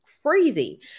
Crazy